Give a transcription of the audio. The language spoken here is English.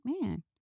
man